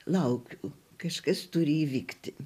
laukiu kažkas turi įvykti